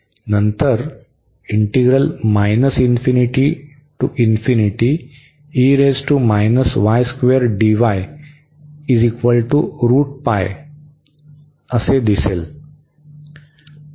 नंतर असे दिसेल